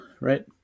right